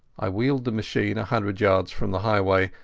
i wheeled the machine a hundred yards from the highway,